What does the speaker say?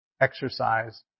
exercise